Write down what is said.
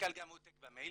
עותק למנכ"ל.